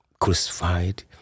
crucified